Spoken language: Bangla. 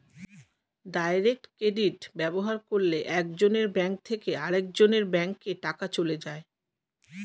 ডাইরেক্ট ক্রেডিট ব্যবহার করলে একজনের ব্যাঙ্ক থেকে আরেকজনের ব্যাঙ্কে টাকা চলে যায়